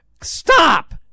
Stop